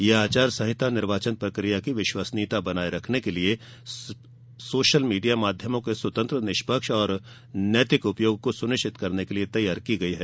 यह आचार संहिता निर्वाचन प्रक्रिया की विश्वसनीयता बनाए रखने के लिए सोशल मीडिया माध्यमों के स्वतंत्र निष्पक्ष और नैतिक उपयोग को सुनिश्चित करने के लिए तैयार की गई है